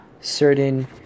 certain